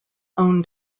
own